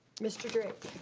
mr. drake.